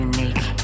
Unique